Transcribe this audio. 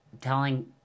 telling